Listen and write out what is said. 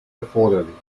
erforderlich